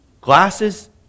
glasses